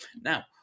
Now